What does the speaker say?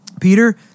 Peter